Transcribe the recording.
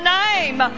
name